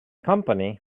company